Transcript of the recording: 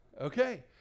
Okay